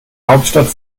hauptstadt